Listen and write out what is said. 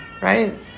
Right